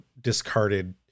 discarded